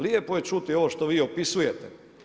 Lijepo je čuti ono što vi opisujete.